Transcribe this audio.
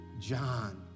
John